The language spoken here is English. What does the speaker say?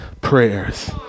prayers